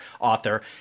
author